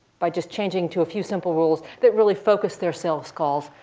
by just changing to a few simple rules that really focused their sales calls,